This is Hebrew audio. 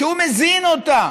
שהוא מזין אותה